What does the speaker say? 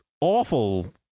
awful